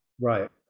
right